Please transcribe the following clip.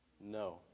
No